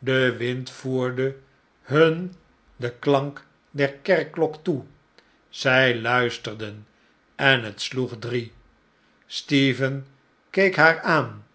de wind voerde nun den klank der kerkklok toe zij luisterden en het sloeg drie stephen keek haar aan